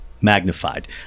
magnified